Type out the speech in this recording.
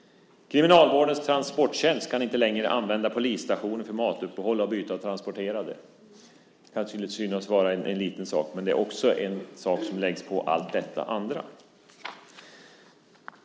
Kriminalvårdens transporttjänst kan inte längre använda polisstationen för matuppehåll och byte av transporterade. Det kan synas vara en liten sak, men det är något som läggs till allt det andra.